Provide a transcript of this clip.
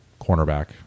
cornerback